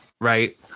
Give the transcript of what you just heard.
right